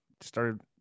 started